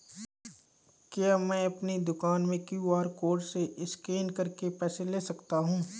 क्या मैं अपनी दुकान में क्यू.आर कोड से स्कैन करके पैसे ले सकता हूँ?